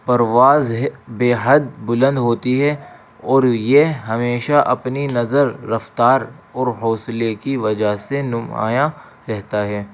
پرواز ہے بےحد بلند ہوتی ہے اور یہ ہمیشہ اپنی نظر رفتار اور حوصلے کی وجہ سے نمایاں رہتا ہے